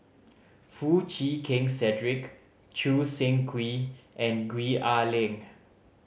Foo Chee Keng Cedric Choo Seng Quee and Gwee Ah Leng